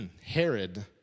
Herod